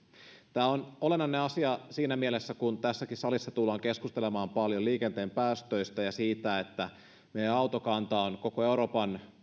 tämä on olennainen asia siinä mielessä että tässäkin salissa tullaan keskustelemaan paljon liikenteen päästöistä ja siitä että meidän autokantamme on koko euroopan